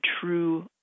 true